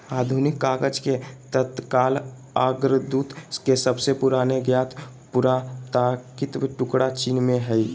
आधुनिक कागज के तत्काल अग्रदूत के सबसे पुराने ज्ञात पुरातात्विक टुकड़ा चीन में हइ